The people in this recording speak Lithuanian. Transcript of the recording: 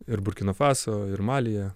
ir burkina faso ir malyje